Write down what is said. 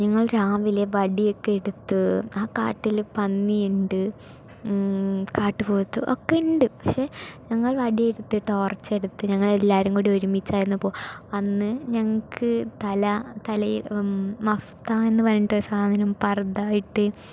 ഞങ്ങൾ രാവിലെ വടിയൊക്കെ എടുത്ത് ആ കാട്ടില് പന്നിയുണ്ട് കാട്ടുപോത്ത് ഒക്കെ ഉണ്ട് പക്ഷെ ഞങ്ങൾ വടിയെടുത്ത് ടോർച്ചെടുത്ത് ഞങ്ങളെല്ലാവരും കൂടി ഒരുമിച്ചായിരുന്നു പോവുക അന്ന് ഞങ്ങൾക്ക് തല തലയും മഫ്ത എന്നു പറഞ്ഞിട്ടൊരു സാധനം പർദ്ദ ഇട്ട്